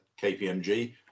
KPMG